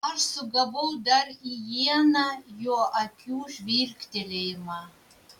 aš sugavau dar į ieną jo akių žvilgtelėjimą